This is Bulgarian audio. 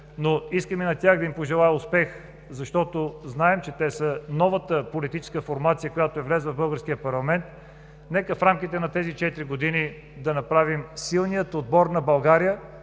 Искам и на тях да пожелая успех, защото знаем, че те са новата политическа формация, която е влязла в българския парламент. Нека в рамките на тези четири години да направим силния отбор на България,